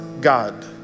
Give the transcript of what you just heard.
God